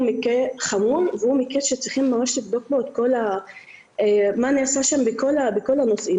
מקרה חמור והוא מקרה שצריכים ממש לבדוק מה נעשה שם בכל הנושאים.